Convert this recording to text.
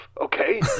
okay